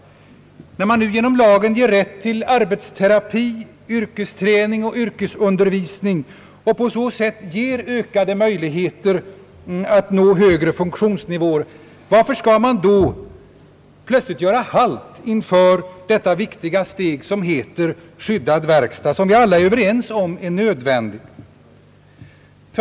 När man nu genom lagen ger rätt till arbetsterapi, yrkesträning och yrkesundervisning och på så sätt ger ökade möjligheter att nå högre funktionsnivå, varför skall man då plötsligt göra halt inför det viktiga steg som heter skyddad verkstad och som är nödvändigt, därom är vi alla överens?